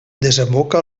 desemboca